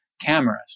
cameras